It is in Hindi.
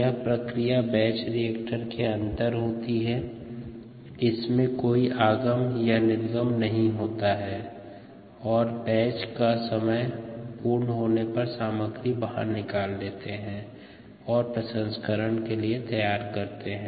यह प्रक्रिया बैच रिएक्टर के अंदर होती है जिसमें कोई आगम या निर्गम नहीं होता है और बैच का समय पूर्ण होने पर सामग्री को बाहर निकालते हैं और प्रसंस्करण के लिए तैयार करते हैं